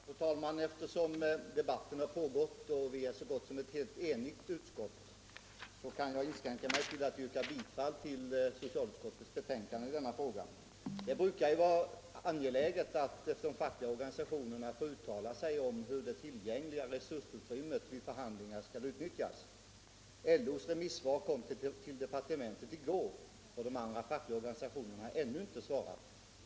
Fru talman! Eftersom debatten har pågått en stund och vi är så gott som eniga inom utskottet kan jag egentligen inskränka mig till att yrka bifall till utskottets hemställan i denna fråga. Det brukar ju anses angeläget att de fackliga organisationerna får uttala sig om hur det tillgängliga resursutrymmet vid förhandlingar skall utnyttjas. LO:s remissyttrande kom till departementet i går, och de andra fackliga organisationerna har ännu inte svarat.